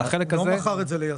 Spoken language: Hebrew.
הוא לא מכר אותה ליזם.